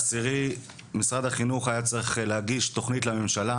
ב-31.10.2021 משרד החינוך היה צריך להגיש תוכנית לממשלה